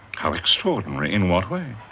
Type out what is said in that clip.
how extraordinary. in what way?